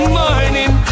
morning